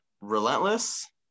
relentless